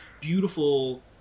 beautiful